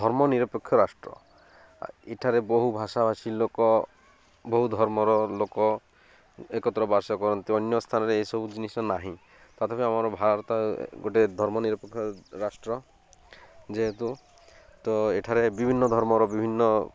ଧର୍ମ ନିରପେକ୍ଷ ରାଷ୍ଟ୍ର ଠାରେ ବହୁ ଭାଷା ଭାଷୀ ଲୋକ ବହୁ ଧର୍ମର ଲୋକ ଏକତ୍ର ବାସ କରନ୍ତି ଅନ୍ୟ ସ୍ଥାନରେ ଏସବୁ ଜିନିଷ ନାହିଁ ତଥାପି ଆମର ଭାରତ ଗୋଟେ ଧର୍ମ ନିରପେକ୍ଷ ରାଷ୍ଟ୍ର ଯେହେତୁ ତ ଏଠାରେ ବିଭିନ୍ନ ଧର୍ମର ବିଭିନ୍ନ